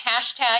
hashtag